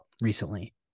recently